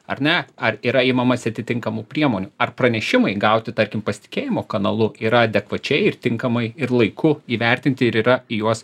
ar ne ar yra imamasi atitinkamų priemonių ar pranešimai gauti tarkim pasitikėjimo kanalu yra adekvačiai ir tinkamai ir laiku įvertinti ir yra į juos